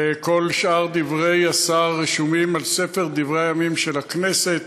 וכל שאר דברי השר רשומים על ספר דברי הימים של הכנסת.